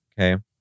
Okay